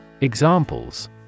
Examples